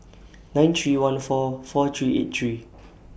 nine three one four four three eight three